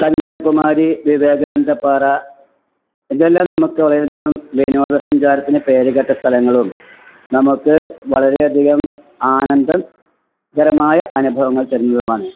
കന്യാകുമാരി വിവേകാനന്ദപാറ ഇതെല്ലാം നമുക്ക് വളരെ അധികം വിനോദ സഞ്ചാരത്തിന് പേര് കേട്ട സ്ഥലങ്ങളും നമുക്ക് വളരെ അധികം ആനന്ദകരമായ അനുഭവങ്ങൾ തരുന്നതുമാണ്